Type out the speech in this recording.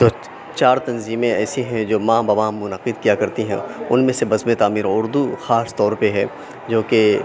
تو چار تنظیمیں ایسی ہیں جو ماہ بہ ماہ منعقد کیا کرتی ہیں اُن میں سے بزمِ تعمیر اُردو خاص طور پہ ہے جو کہ